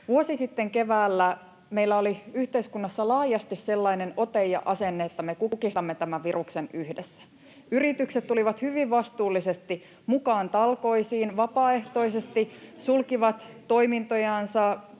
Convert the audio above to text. Vuosi sitten keväällä meillä oli yhteiskunnassa laajasti sellainen ote ja asenne, että me kukistamme tämän viruksen yhdessä. Yritykset tulivat hyvin vastuullisesti mukaan talkoisiin vapaaehtoisesti, [Vilhelm Junnilan